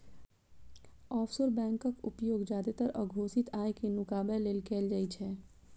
offshore बैंकक उपयोग जादेतर अघोषित आय कें नुकाबै लेल कैल जाइ छै